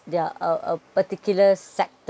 their uh uh particular sector